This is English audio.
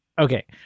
Okay